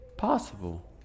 possible